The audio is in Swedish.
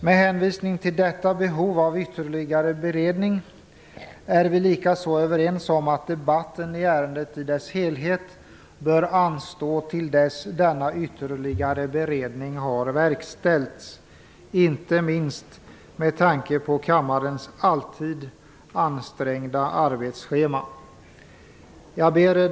Med hänvisning till detta behov av ytterligare beredning är vi likaså överens om att debatten om ärendet i dess helhet bör anstå till dess att denna ytterligare beredning har verkställts, inte minst med tanke på kammarens alltid ansträngda arbetsschema.